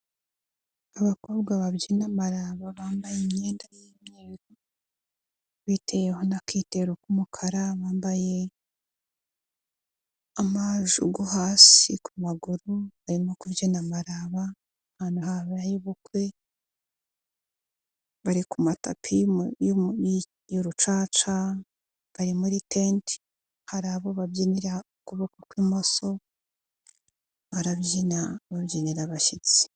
Abakobwa babyina amaraba bambaye imyenda y'imyeru, biteyeho n'akitero k'umukara, bambaye amajugu hasi ku maguru, barimo kubyina amaraba ahantu habaye ubukwe, bari ku matapi y'urucaca bari muri tente, hari abo babyinira ukuboko kw'imoso barabyina babyinira abashyitsi.